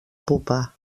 pupa